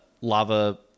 lava